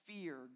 fear